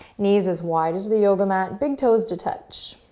knees as wide as the yoga mat, big toes to touch.